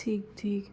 ठीक ठीक